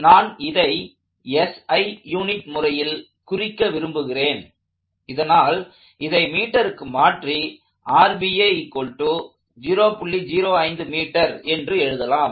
நான் இதை SI unit முறையில் குறிக்க விரும்புகிறேன் அதனால் இதை மீட்டருக்கு மாற்றி என்று எழுதலாம்